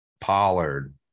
Pollard